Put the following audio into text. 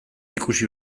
ikusi